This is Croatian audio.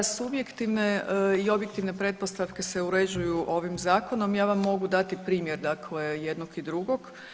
Da, subjektivne i objektivne pretpostavke se uređuju ovim zakonom, ja vam mogu dati primjer jednog i drugog.